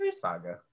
saga